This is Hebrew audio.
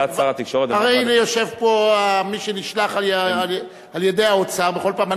הנה יושב פה מי שנשלח על-ידי האוצר בכל פעם.